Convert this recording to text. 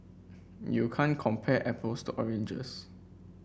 you can't compare apples to oranges